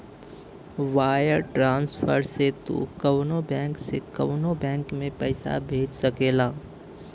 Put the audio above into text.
wire transfer से तू कउनो बैंक से कउनो बैंक में पइसा भेज सकेला